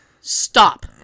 Stop